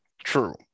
True